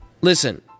Listen